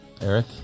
Eric